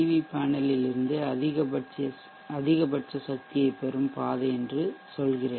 we பேனலில் இருந்து அதிகபட்ச சக்தியைப் பெறும் பாதை என்று சொல்கிறேன்